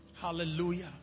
Hallelujah